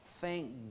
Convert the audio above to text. Thank